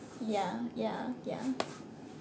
yeah yeah yeah